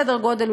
סדר גודל,